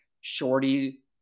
shorty